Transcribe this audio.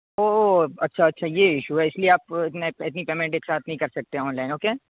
اوہ اچھا اچھا یہ ایشو ہے اس لیے آپ اتنے اتنی پیمنٹ ایک ساتھ نہیں کر سکتے آن لائن اوکے